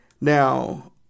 Now